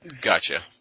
Gotcha